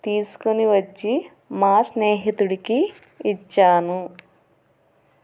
తీసుకుని వచ్చి మా స్నేహితుడికి ఇచ్చాను